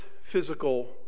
physical